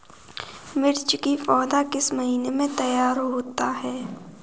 मिर्च की पौधा किस महीने में तैयार होता है?